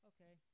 Okay